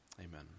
Amen